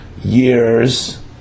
years